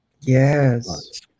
Yes